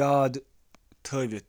یاد کران۔